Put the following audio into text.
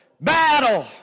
battle